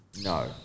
No